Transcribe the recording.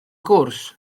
gwrs